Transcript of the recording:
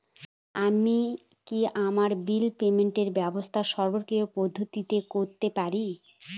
আমি কি আমার বিল পেমেন্টের ব্যবস্থা স্বকীয় পদ্ধতিতে করতে পারি?